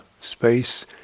space